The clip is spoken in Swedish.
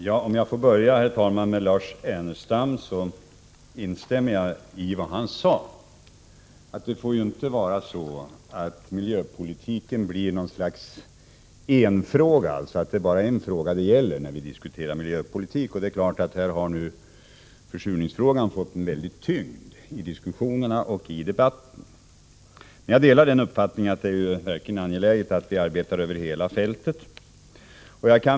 Herr talman! Om jag får börja med Lars Ernestam, instämmer jag i vad han sade. Det får ju inte vara så att miljöpolitiken blir något slags enfrågeproblem. Försurningsfrågan har fått en väldig tyngd i debatten, men jag delar den uppfattningen att det är angeläget att vi arbetar över hela fältet.